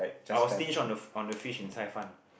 I will stinge on the on the fish in Cai Fan